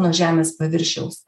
nuo žemės paviršiaus